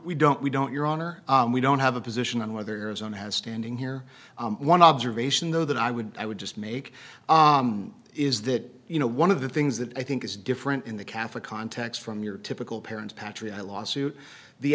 we don't we don't your honor we don't have a position on whether arizona has standing here one observation though that i would i would just make is that you know one of the things that i think is different in the catholic context from your typical parents patrick lawsuit the